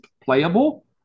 playable